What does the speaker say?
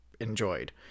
enjoyed